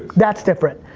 that's different.